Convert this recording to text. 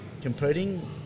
competing